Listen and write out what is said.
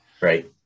Right